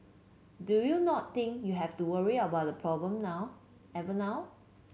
do you not think you have to worry about the problem now every now